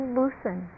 loosen